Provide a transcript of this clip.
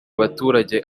abaturage